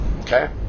okay